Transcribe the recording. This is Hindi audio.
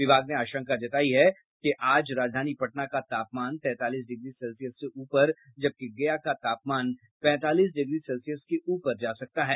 विभाग ने आशंका जतायी है कि आज राजधानी पटना का तापमान तैतालीस डिग्री सेल्सियस से ऊपर जबकि गया का तापमान पैतालीस डिग्री सेल्सियस के ऊपर जा सकता है